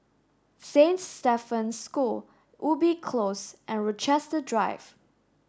Saint Stephen's School Ubi Close and Rochester Drive